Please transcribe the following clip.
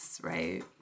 right